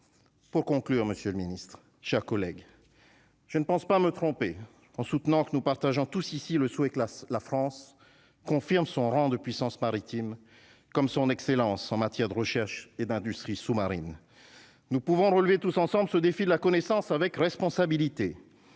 pour conclure, monsieur le Ministre, chers collègues, je ne pense pas me tromper en soutenant que nous partageons tous ici le souhait classe la France confirme son rang de puissance maritime comme son excellence en matière de recherche et d'industrie sous-marine, nous pouvons relever tous ensemble ce défi de la connaissance avec responsabilité